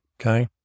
okay